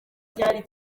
cyari